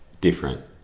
different